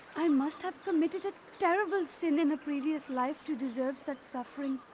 i must have committed a terrible sin in a previous life to deserve such suffering.